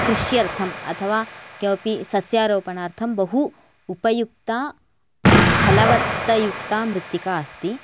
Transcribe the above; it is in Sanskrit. कृष्यर्थम् अथवा किमपि सस्यारोपणार्थं बहु उपयुक्ता फलवत्तयुक्ता मृत्तिका अस्ति